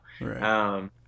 Right